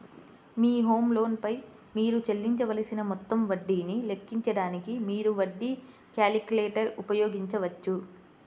మీ home loan పై మీరు చెల్లించవలసిన మొత్తం వడ్డీని లెక్కించడానికి, మీరు వడ్డీ క్యాలిక్యులేటర్ ఉపయోగించవచ్చు